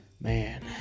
Man